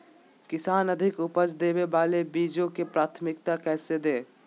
किसान अधिक उपज देवे वाले बीजों के प्राथमिकता कैसे दे?